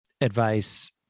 advice